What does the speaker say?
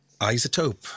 Isotope